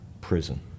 prison